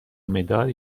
مداد